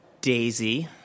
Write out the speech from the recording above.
Daisy